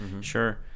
sure